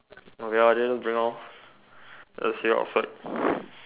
okay lor then just bring lor let's hear outside